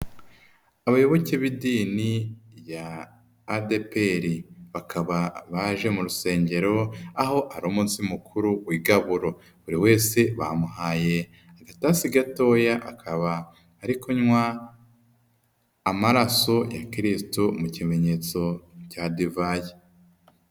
Abayoboke b'idini rya ADPR, bakaba baje mu rusengero, aho ari umunsi mukuru w'igaburo, buri wese bamuhaye agatasi gatoya, akaba ari kunywa amaraso ya Kiristo mu kimenyetso cya divayi.